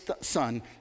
son